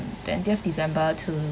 twentieth december to